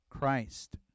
Christ